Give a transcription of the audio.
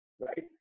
right